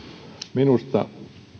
minusta